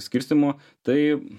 skirstymo tai